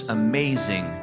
amazing